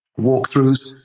walkthroughs